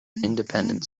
independent